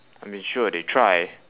I mean sure they try